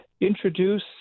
introduce